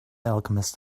alchemist